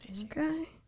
Okay